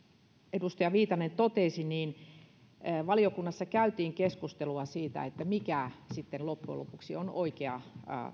edustaja viitanen totesi valiokunnassa käytiin keskustelua siitä mikä sitten loppujen lopuksi on oikea